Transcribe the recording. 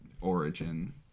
origin